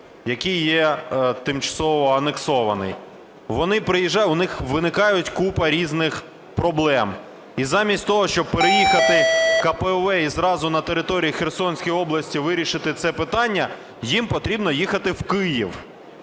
який є тимчасово анексований. Вони приїжджають у них виникає купа різних проблем. І замість того, щоб переїхати КПВВ і зразу на території Херсонської області вирішити це питання, їм потрібно їхати в Київ.